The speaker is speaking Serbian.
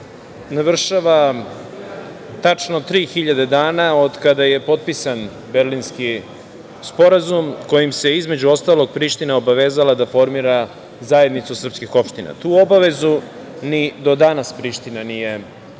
navršava tačno tri hiljade dana od kada je potpisan Berlinski sporazum kojim se, između ostalog, Priština obavezala da formira Zajednicu srpskih opština. Tu obavezu ni do danas Priština nije